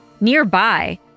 Nearby